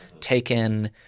taken